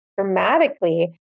dramatically